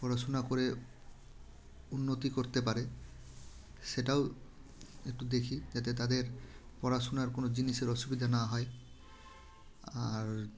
পড়াশুনা করে উন্নতি করতে পারে সেটাও একটু দেখি যাতে তাদের পড়াশুনার কোনো জিনিসের অসুবিধে না হয় আর